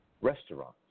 Restaurants